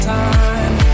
time